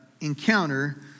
encounter